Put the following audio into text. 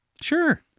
sure